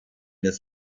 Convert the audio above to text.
das